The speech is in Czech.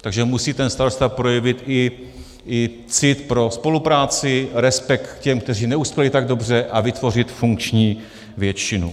Takže musí ten starosta projevit i cit pro spolupráci, respekt k těm, kteří neuspěli tak dobře, a vytvořit funkční většinu.